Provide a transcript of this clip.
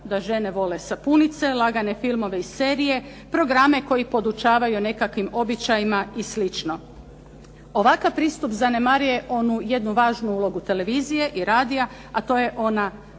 da žene vole sapunice, lagane filmove i serije, programe koji podučavaju o nekakvim običajima i slično. Ovakav pristup zanemaruje onu jednu važnu ulogu televizije i radija, a to je ona